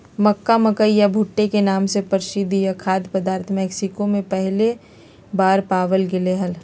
मक्का, मकई या भुट्टे के नाम से प्रसिद्ध यह खाद्य पदार्थ मेक्सिको में पहली बार पावाल गयले हल